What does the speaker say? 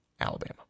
Alabama